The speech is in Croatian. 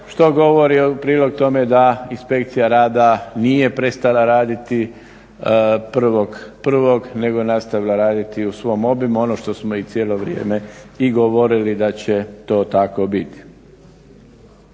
što govori u prilog tome da inspekcija rada nije prestala raditi 1.1. nego nastavila raditi u svom obimu ono što smo i cijelo vrijeme i govorili da će to tako biti.